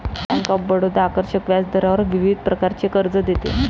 bank of Baroda आकर्षक व्याजदरावर विविध प्रकारचे कर्ज देते